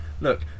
Look